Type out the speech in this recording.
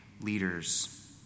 leaders